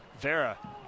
Vera